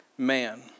Man